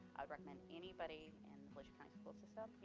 recommend anybody in the volusia county school system,